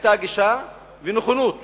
היו גישה ונכונות